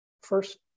first